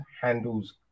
handles